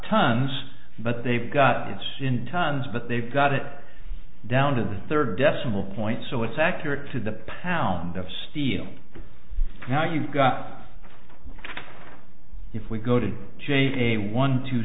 tonnes but they've got it's in tonnes but they've got it down to the third decimal point so it's accurate to the pound of steel now you've got if we go to j k one two